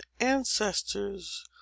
ancestors